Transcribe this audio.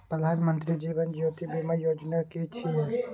प्रधानमंत्री जीवन ज्योति बीमा योजना कि छिए?